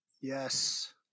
Yes